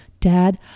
dad